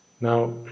Now